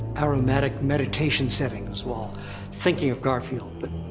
aromatic meditation settings, while thinking of garfield, but.